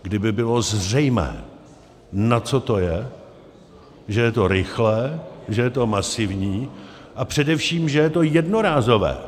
Kdyby bylo zřejmé, na co to je, že je to rychlé, že je to masivní a především že je to jednorázové.